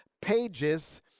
pages